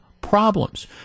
problems